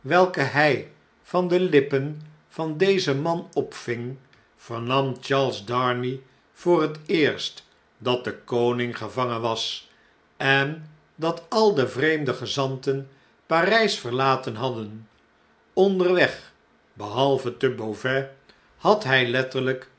welke hg van de lippen van dezen man opving vernam charles darnay voor het eerst dat de koning gevangen was en dat al de vreemde gezanten p a r ij s verlaten hadden onderweg behalve tebeauvais had hjj letterlijk